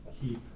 keep